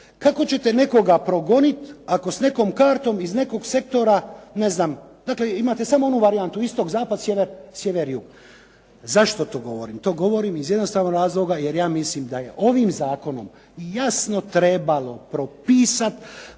kako ćete nekoga progoniti ako s nekom kartom iz nekog sektora, dakle imate samo onu varijantu istok, zapad, sjever, jug. Zašto to govorim? To govorim iz jednostavnog razloga jer ja mislim da je ovim zakonom jasno trebalo propisati